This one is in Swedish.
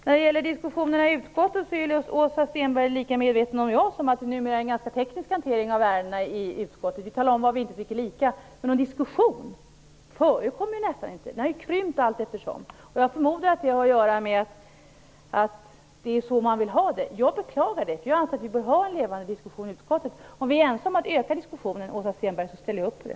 När det gäller diskussionerna i utskottet är Åsa Stenberg lika medveten som jag om att det numera är en ganska teknisk hantering av ärendena i utskottet. Vi anger var vi inte tycker lika, men någon diskussion förekommer nästan inte. Diskussionen har ju krympt allteftersom. Jag förmodar att det har att göra med att det är så man vill ha det. Detta beklagar jag, därför att jag anser att vi bör ha en levande diskussion i utskottet. Om vi är ense om att öka diskussionen, Åsa Stenberg, ställer jag upp på det.